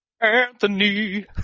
Anthony